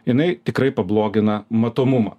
jinai tikrai pablogina matomumą